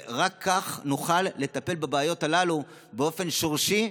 רק כך נוכל לטפל בבעיות הללו באופן שורשי,